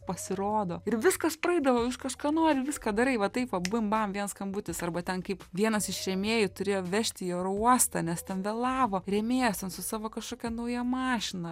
pasirodo ir viskas praeidavo viskas ką nori viską darai va taip bim bam viens skambutis arba ten kaip vienas iš rėmėjų turėjo vežti į oro uostą nes ten vėlavo rėmėjas su savo kažkokia nauja mašina